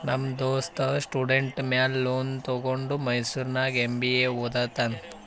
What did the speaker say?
ನಮ್ ದೋಸ್ತ ಸ್ಟೂಡೆಂಟ್ ಮ್ಯಾಲ ಲೋನ್ ತಗೊಂಡ ಮೈಸೂರ್ನಾಗ್ ಎಂ.ಬಿ.ಎ ಒದ್ಲತಾನ್